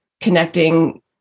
connecting